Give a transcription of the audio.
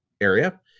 area